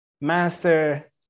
Master